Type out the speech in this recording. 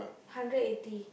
hundred eighty